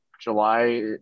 july